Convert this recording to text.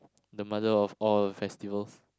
the mother of all festivals